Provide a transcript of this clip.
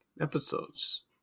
episodes